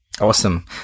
Awesome